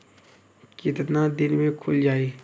कितना दिन में खुल जाई?